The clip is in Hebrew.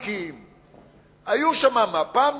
היו שם מפא"יניקים,